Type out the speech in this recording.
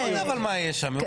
מה זה אומר מה יהיה שם?